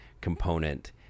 component